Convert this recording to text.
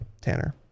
Tanner